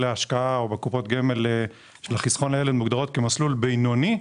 להשקעה או בקופות גמל לחיסכון לילד מוגדר כמסלול בינוני,